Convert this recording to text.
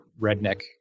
redneck